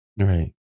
Right